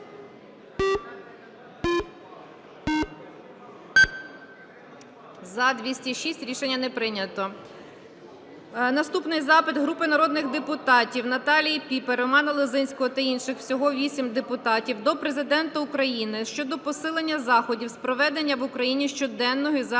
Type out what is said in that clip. За-206 Рішення не прийнято. Наступний запит групи народних депутатів (Наталії Піпи, Романа Лозинського та інших. Всього 8 депутатів) до Президента України щодо посилення заходів з проведення в Україні щоденної